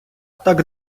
так